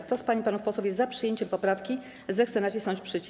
Kto z pań i panów posłów jest za przyjęciem poprawki, zechce nacisnąć przycisk.